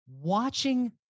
watching